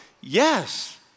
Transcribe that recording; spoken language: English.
yes